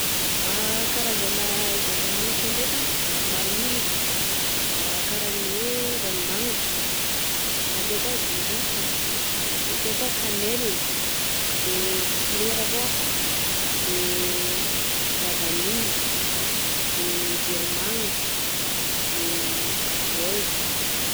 Karaza-zava-magnitra ndraika: maromaro mi isy e karaha ny hoe, rano magnitra, ake koa zirofo, ake koa kanela de flera koa, de la vanille, de vero magnitry, de raozy.